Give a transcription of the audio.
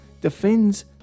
defends